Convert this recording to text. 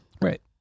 right